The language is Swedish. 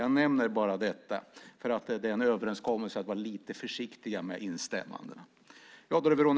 Jag nämner bara detta eftersom det finns en överenskommelse om att vara lite försiktiga med instämmanden.